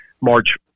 march